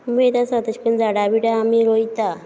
उमेद आसा तश करून झाडां बिडां आमी रोयता